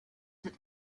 that